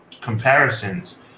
comparisons